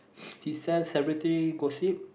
he sells celebrity gossip